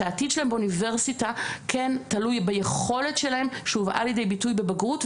שהעתיד שלהם באוניברסיטה כן תלוי ביכולת שלהם שהובאה לידי ביטוי בבגרות,